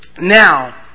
Now